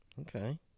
Okay